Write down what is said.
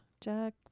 Jack